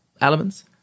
elements